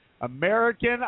American